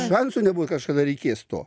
šansų nebuvo kažkada reikės to